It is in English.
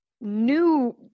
new